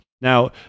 Now